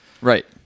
Right